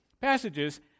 passages